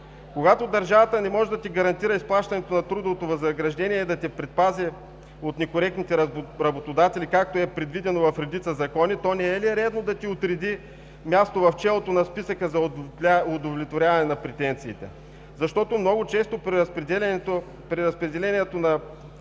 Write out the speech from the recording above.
Когато държавата не може да ти гарантира изплащането на трудовото възнаграждение, да те предпази от некоректните работодатели, както е предвидено в редица закони, не е ли редно да ти отреди място в челото на списъка за удовлетворяване на претенции, защото много често при разпределението не остана